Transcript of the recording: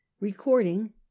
Recording